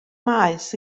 maes